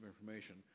information